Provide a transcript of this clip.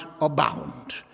abound